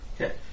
Okay